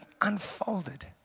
unfolded